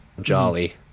jolly